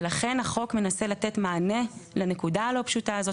ולכן החוק מנסה לתת מענה לנקודה הלא פשוטה הזאת.